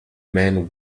man